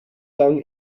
sung